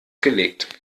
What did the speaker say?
gelegt